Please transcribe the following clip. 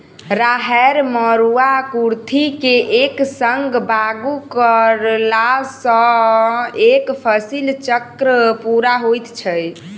राहैड़, मरूआ, कुर्थी के एक संग बागु करलासॅ एक फसिल चक्र पूरा होइत छै